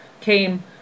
came